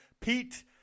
pete